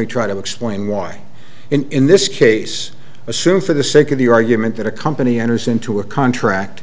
me try to explain why in this case assume for the sake of the argument that a company enters into contract a cracked